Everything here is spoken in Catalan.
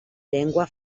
llengua